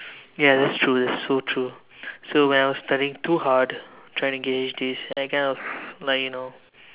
ya that's true that's so true so when I was studying too hard trying to gauge this and I kind of like you know